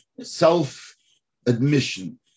self-admission